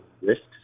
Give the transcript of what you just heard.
risks